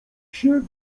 się